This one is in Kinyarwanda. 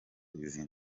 izi